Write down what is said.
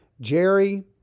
Jerry